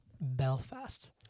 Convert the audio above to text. Belfast